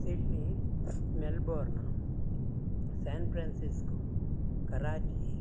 Sydney Melbourne San Francisco Karachi